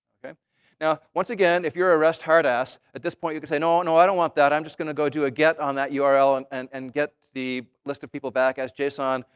now, once again, if you're a rest hard ass, at this point you can say, no, no, i don't want that. i'm just going to go do a get on that url, and and and get the list of people back as json.